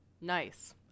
Nice